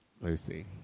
lucy